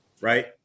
Right